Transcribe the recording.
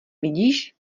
vidíš